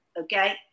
Okay